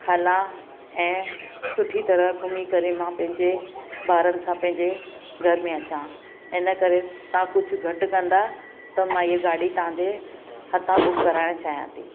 हलां ऐं सुठी तरह घुमी करे मां पंहिंजे ॿारनि सां पंहिंजे घर में अचां इन करे तव्हां कुझु घटि कंदा त मां हीअ गाॾी तव्हां जे हथां बुक कराइणु चाहियां थी